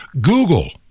Google